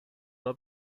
راه